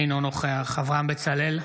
אינו נוכח אברהם בצלאל,